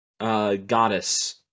Goddess